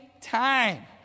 time